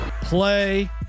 play